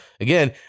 again